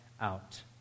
out